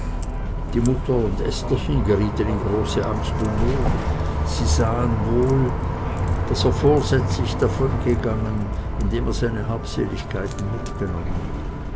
die mutter und estherchen gerieten in große angst und not sie sahen wohl daß er vorsätzlich davongegangen indem er seine habseligkeiten mitgenommen